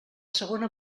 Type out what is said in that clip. segona